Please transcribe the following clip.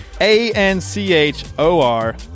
A-N-C-H-O-R